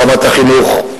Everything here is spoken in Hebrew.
רמת החינוך,